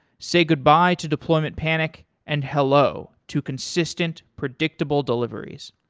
say goodbye to deployment panic and hello to consistent, predictable deliveries.